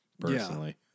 Personally